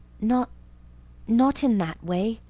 not not in that way.